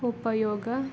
ಉಪಯೋಗ